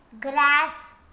Grass